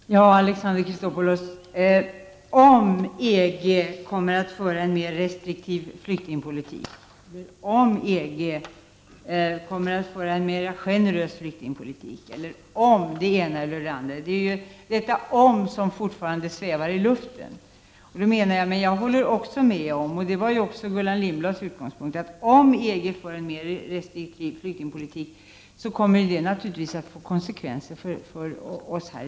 Fru talman! Jag vet inte vem som läser på sämst. Nu sade Alexander Chrisopoulos själv att debatten inte har med EG-harmoniseringen att göra. Men han har ju framställt interpellationen mot bakgrund av ett förment tvång för oss att strama åt vår flyktingpolitik på grund av ett eventuellt ökat EG-samarbete. Jag vet alltså inte riktigt hur Chrisopoulos vill ha det. Jag håller med invandrarministern om att vi borde kunna diskutera dessa frågor utifrån ett längre perspektiv. Jag önskar också att vi kunde diskutera dem med ett större mått av realism. Ibland undrar jag om mina vänner här sluter både ögon och öron. Ser och hör ni inte vad som händer i samhället? Nu behöver ni inte längre resa vare sig till Libanon eller Turkiet för att studera tältläger. Sådana finns ju i vårt eget land. Det är trist att behöva konstatera det, men frågan är hur mycket vi orkar med.